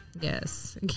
Yes